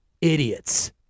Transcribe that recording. idiots